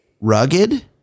rugged